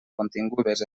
contingudes